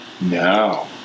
No